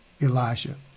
Elijah